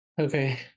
Okay